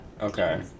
okay